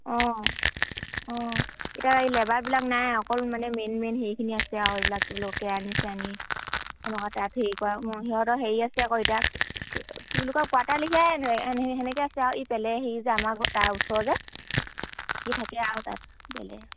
অঁ অঁ এতিয়া এই লেবাৰবিলাক নাই অকল মানে মেইন মেইন হেৰিখিনি আছে আৰু এইবিলাক তলকে আনিছে আনি সনেকুৱা তাত হেৰি কৰা সিহঁতৰ হেৰি আছে আকৌ এতিয়া কি কি বুলি কয় কোৱাটাৰ লিখিয়াই তেনেকৈ আছে আৰু ই পেলে হেৰি যে আমাৰ তাৰ ওচৰ যে ই থাকে আৰু তাত বেলে